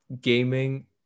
gaming